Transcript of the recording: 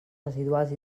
residuals